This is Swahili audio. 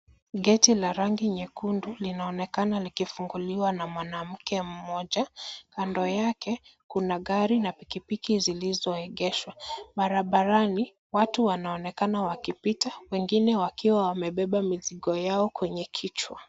Geti la rangi nyekundu linaonekana likifunguliwa na mwanamke mmoja, kando yake kuna gari na pikipiki zilizoegeshwa. Barabarani watu wanaonekana wakipita wengine wakiwa wamebeba mizigo yao kwenye kichwa.